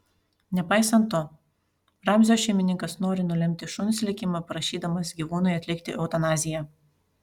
nepaisant to ramzio šeimininkas nori nulemti šuns likimą prašydamas gyvūnui atlikti eutanaziją